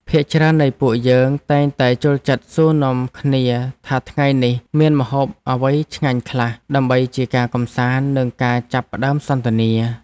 ភាគច្រើននៃពួកយើងតែងតែចូលចិត្តសួរនាំគ្នាថាថ្ងៃនេះមានម្ហូបអ្វីឆ្ងាញ់ខ្លះដើម្បីជាការកម្សាន្តនិងការចាប់ផ្តើមសន្ទនា។